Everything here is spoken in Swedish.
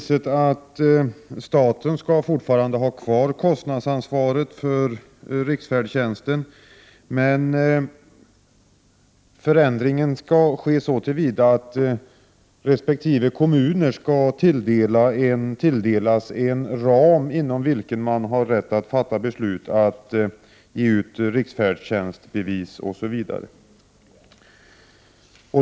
Staten skall fortfarande ha kvar kostnadsansvaret för riksfärdtjänsten, men förändringar skall ske så till vida att resp. kommuner skall tilldelas en ram inom vilken man har rätt att fatta beslutom att dela ut riksfärdtjänstbevis osv.